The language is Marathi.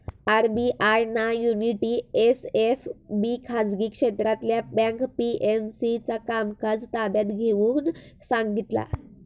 आर.बी.आय ना युनिटी एस.एफ.बी खाजगी क्षेत्रातला बँक पी.एम.सी चा कामकाज ताब्यात घेऊन सांगितला